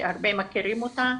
שהרבה מכירים אותה,